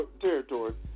territory